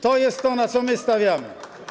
To jest to, na co my stawiamy.